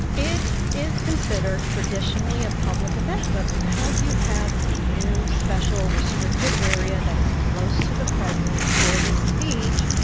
it is considered traditionally a public event. but because you have a new special restricted area that is close to the president for this speech,